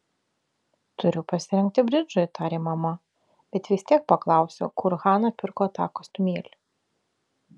turiu pasirengti bridžui tarė mama bet vis tiek paklausiu kur hana pirko tą kostiumėlį